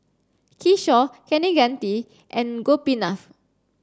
Kishore Kaneganti and Gopinath